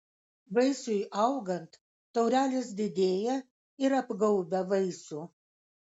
vaisiui augant taurelės didėja ir apgaubia vaisių